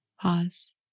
Pause